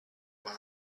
one